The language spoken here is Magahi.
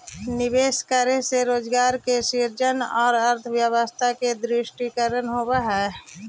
निवेश करे से रोजगार के सृजन औउर अर्थव्यवस्था के सुदृढ़ीकरण होवऽ हई